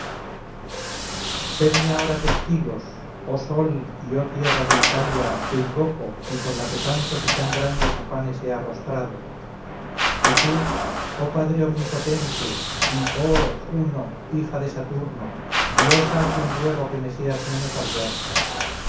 preces sedme ahora testigos oh sol y oh tierra de italia que invoco y por la que tantos y tan grandes afanes he arrostrado y tú oh padre omnipotente y oh juno hija de saturno diosa a quien ruego que me seas menos adversa